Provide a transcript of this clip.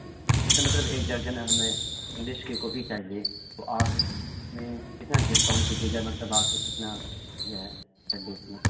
جی اس کا مطلب ایک درجن ہمیں انگلش کی کاپی چاہیے تو آپ اس میں کتنا ڈسکاؤنٹ کیجیے گا مطلب آپ کتنا جو ہے ایڈجسٹمینٹ